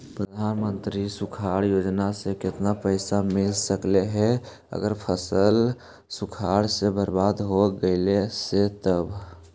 प्रधानमंत्री सुखाड़ योजना से केतना पैसा मिल सकले हे अगर फसल सुखाड़ से बर्बाद हो गेले से तब?